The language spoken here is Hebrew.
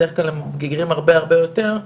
בדרך כלל הם הרבה יותר בגירים,